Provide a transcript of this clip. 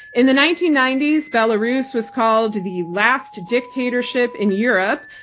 in the nineteen ninety s, belarus was called, the last dictatorship in europe,